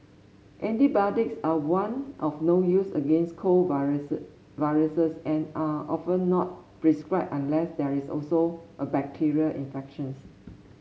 antibiotics are one of no use against cold viruses and are often not prescribed unless there is also a bacterial infection